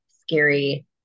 scary